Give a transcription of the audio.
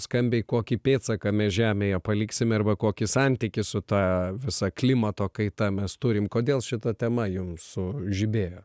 skambiai kokį pėdsaką mes žemėje paliksime arba kokį santykį su ta visa klimato kaita mes turim kodėl šita tema jums sužibėjo